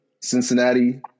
Cincinnati